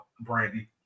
Brandy